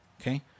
Okay